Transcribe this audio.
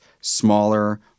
smaller